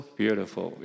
beautiful